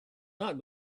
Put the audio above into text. not